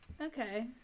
Okay